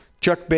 chuck